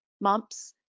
mumps